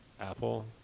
Apple